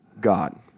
God